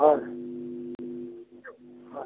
হয় হয়